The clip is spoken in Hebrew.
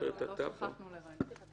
לשחרר את --- לא שכחנו לרגע.